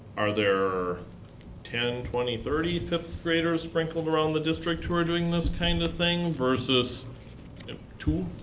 are there ten, twenty, thirty fifth-graders sprinkled around the district who are doing this kind of thing versus two?